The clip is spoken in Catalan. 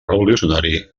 revolucionari